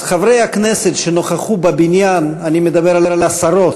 חברי הכנסת שנכחו בבניין, אני מדבר על עשרות,